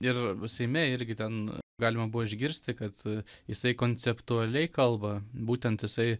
ir seime irgi ten galima buvo išgirsti kad jisai konceptualiai kalba būtent jisai